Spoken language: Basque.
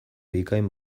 bikain